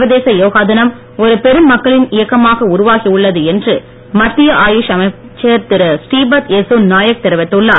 சர்வதேச யோகா தினம் ஒரு பெரும் மக்கள் இயக்கமாக உருவாகி உள்ளது என்று மத்திய ஆயூஷ் அமைச்சர் திரு ஸ்ரீபத் எஸ்ஸோ நாயக் தெரிவித்துள்ளார்